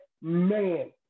man